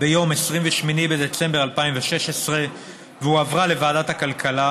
ביום 28 בדצמבר 2016 והועברה לוועדת הכלכלה.